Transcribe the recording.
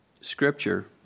Scripture